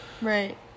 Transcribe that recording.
right